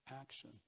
action